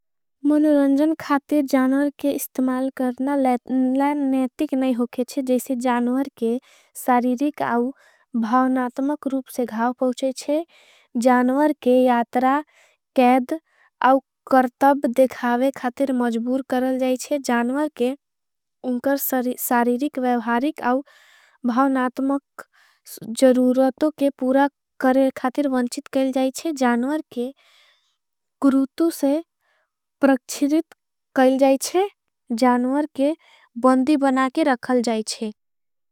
मनुरंजन खातिर जानवर के इस्तमाल करना। लायतिक नहीं होगे जैसे जानवर के सारीरिक। आउ भावनातमक रूप से घाव पहुँचे जानवर। के यातरा कैद आउ कर्तब देखावे खातिर मजबूर। करल जाईशे जानवर के उनकर सारीरिक। वेवहारिक आउ भावनातमक ज प्रक्षिरित कैल। जाईशे जानवर के बंदी बना के रखल जाईशे।